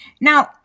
Now